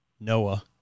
Noah